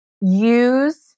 use